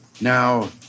Now